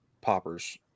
Poppers